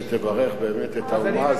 שתברך באמת את האומה הזאת,